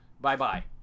bye-bye